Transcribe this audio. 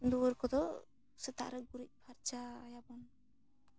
ᱫᱩᱣᱟᱹᱨ ᱠᱚ ᱫᱚ ᱥᱮᱛᱟᱜ ᱨᱮ ᱜᱩᱨᱤᱡᱽ ᱯᱷᱟᱨᱪᱟᱭᱟᱵᱚᱱ